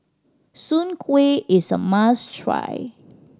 Soon Kuih is a must try